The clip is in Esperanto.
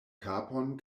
kapon